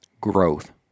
Growth